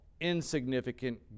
insignificant